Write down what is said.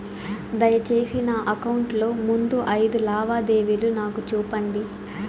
దయసేసి నా అకౌంట్ లో ముందు అయిదు లావాదేవీలు నాకు చూపండి